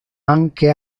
anche